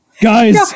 Guys